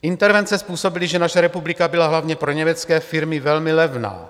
Intervence způsobily, že naše republika byla hlavně pro německé firmy velmi levná.